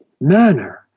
manner